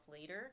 later